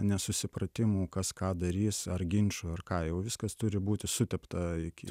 nesusipratimų kas ką darys ar ginčų ar ką jau viskas turi būti sutepta iki